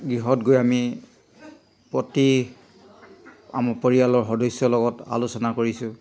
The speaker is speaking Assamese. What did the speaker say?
গৃহত গৈ আমি প্ৰতি আমাৰ পৰিয়ালৰ সদস্যৰ লগত আলোচনা কৰিছোঁ